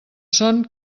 son